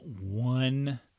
one